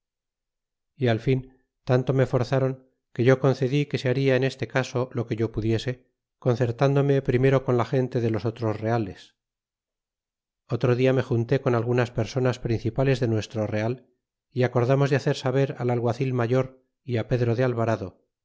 y al fin tanto me for zron que yo concedí que se baria en este caso lo que yo pus diese concertándose primero con la gente de los otros reales otro dia me junté con algunas personas principales de nuestro real y acordamos de hacer saber al alguacil mayor y pe dro de alvarado